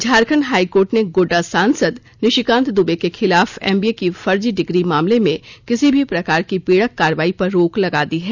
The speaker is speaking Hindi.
झारखंड हाईकोर्ट ने गोड्डा सांसद निशिकांत दुबे के खिलाफ एमबीए की फर्जी डिग्री मामले में किसी भी प्रकार की पीड़क कार्रवाई पर रोक लगा दी है